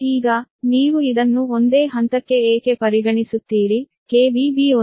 ಈಗ ನೀವು ಇದನ್ನು ಒಂದೇ ಹಂತಕ್ಕೆ ಏಕೆ ಪರಿಗಣಿಸುತ್ತೀರಿ B1 12